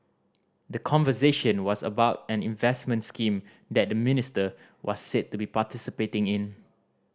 the conversation was about an investment scheme that the minister was said to be participating in